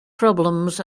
problems